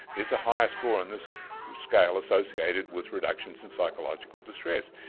is a higher score on this scale associated with reductions in psychological distress?